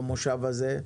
במושב הזה.